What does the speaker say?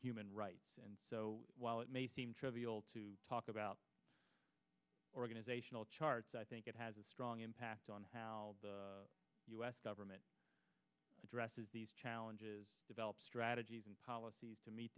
human rights and so while it may seem trivial to talk about organizational charts i think it has a strong impact on how the u s government addresses these challenges develop strategies and policies to meet